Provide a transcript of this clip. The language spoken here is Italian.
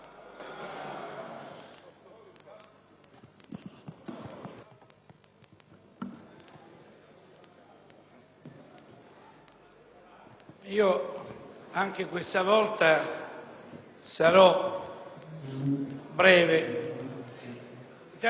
anche questa volta sarò conciso. L'Italia dei Valori ritiene che l'ordine del giorno in